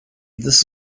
this